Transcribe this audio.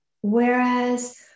Whereas